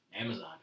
Amazon